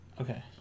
Okay